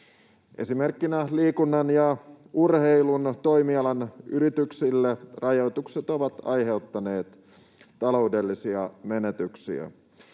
Esimerkkinä liikunnan ja urheilun toimialan yrityksille rajoitukset ovat aiheuttaneet taloudellisia menetyksiä.